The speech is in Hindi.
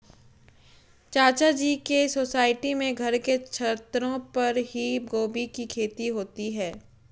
चाचा जी के सोसाइटी में घर के छतों पर ही गोभी की खेती होती है